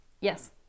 Yes